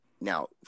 now